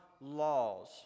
laws